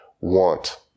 want